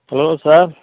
hello sir